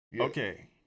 Okay